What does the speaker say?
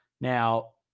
Now